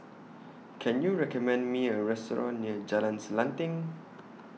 Can YOU recommend Me A Restaurant near Jalan Selanting